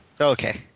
Okay